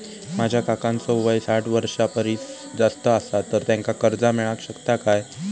माझ्या काकांचो वय साठ वर्षां परिस जास्त आसा तर त्यांका कर्जा मेळाक शकतय काय?